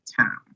time